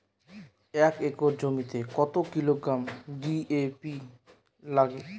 এক একর জমিতে কত কিলোগ্রাম ডি.এ.পি লাগে?